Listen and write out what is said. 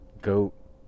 goat